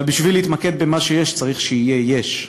אבל בשביל להתמקד במה שיש, צריך שיהיה "יש".